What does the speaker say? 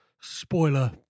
spoiler